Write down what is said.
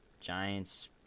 Giants